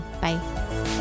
Bye